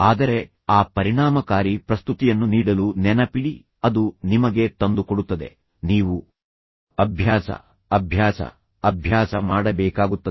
ಆದರೆ ಆ ಪರಿಣಾಮಕಾರಿ ಪ್ರಸ್ತುತಿಯನ್ನು ನೀಡಲು ನೆನಪಿಡಿ ಅದು ನಿಮಗೆ ತಂದು ಕೊಡುತ್ತದೆ ನೀವು ಅಭ್ಯಾಸ ಅಭ್ಯಾಸ ಅಭ್ಯಾಸ ಮಾಡಬೇಕಾಗುತ್ತದೆ